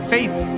Faith